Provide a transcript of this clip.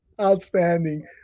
Outstanding